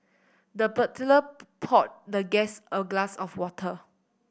the butler poured the guest a glass of water